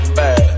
bad